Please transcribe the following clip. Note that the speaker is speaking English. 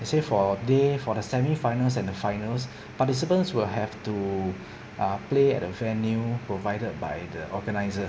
they say for day for the semi finals and finals participants will have to uh play at a venue provided by the organiser